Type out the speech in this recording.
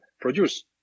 produce